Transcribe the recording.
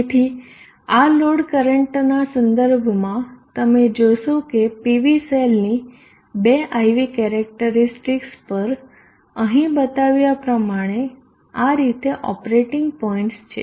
તેથી આ લોડ કરંટનાં સંદર્ભમાં તમે જોશો કે PV સેલની બે IVકેરેક્ટરીસ્ટિકસ પર અહી બતાવ્યા પ્રમાણે આ રીતે ઓપરેટીંગ પોઈન્ટસ છે